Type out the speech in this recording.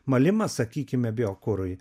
malimas sakykime biokurui